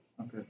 Okay